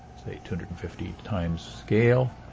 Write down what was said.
two hundred and fifty times scale,